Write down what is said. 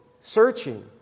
searching